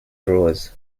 drawers